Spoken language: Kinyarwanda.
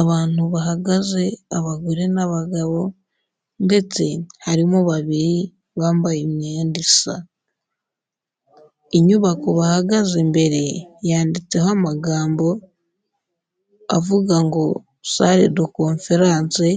Abantu bahagaze abagore n'abagabo ndetse harimo babiri bambaye imyenda iasa, inyubako bahagaze imbere yanditseho amagambo avuga ngo (sale de conferance)